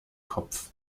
kopf